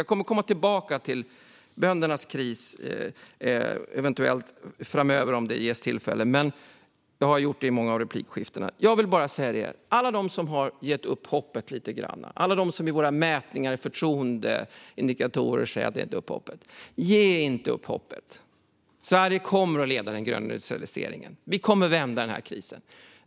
Jag kommer eventuellt att komma tillbaka till böndernas kris framöver om det ges tillfälle, men det har jag redan gjort i många replikskiften. Jag vill bara säga till alla dem som har gett upp hoppet lite grann, alla de som förtroendeindikatorerna visar har gett upp hoppet: Ge inte upp hoppet! Sverige kommer att leda den gröna nyindustrialiseringen. Vi kommer att vända den här krisen.